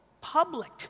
public